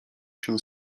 się